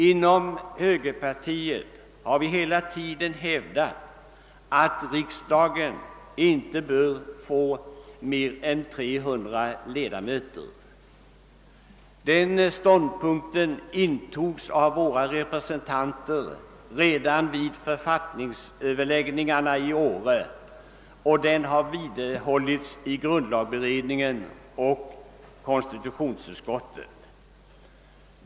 Inom högerpartiet har vi hela tiden hävdat att riksdagen inte bör få mer än 300 ledamöter. Den ståndpunkten intog våra representanter redan vid författningsöverläggningarna i Åre, och den har vidhållits i grundlagberedningen och konstitutionsutskottet.